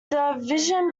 division